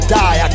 die